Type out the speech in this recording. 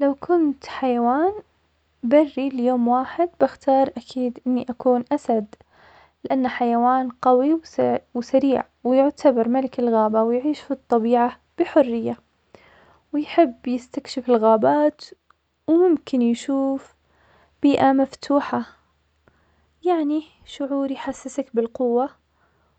لو كنت حيوان بري ليوم واحد بختار أكيد إني أكون أسد لأنه حيوان قوي وسريع, ويعتبر ملك الغابة ويعيش في الطبيعة بحرية, ويحب يستكشف الغابات وممكن يشوف بيئة مفتوحة يعني شعور يحسسك بالقوة